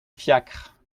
fiacre